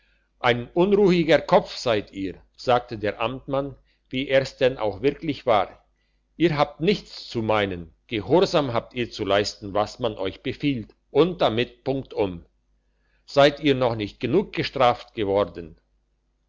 ein unruhiger kopf seid ihr sagte der amtmann wie er's denn auch wirklich war ihr habt nichts zu meinen gehorsam habt ihr zu leisten was man euch befiehlt und damit punktum seid ihr noch nicht genug gestraft worden